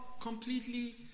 completely